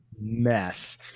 mess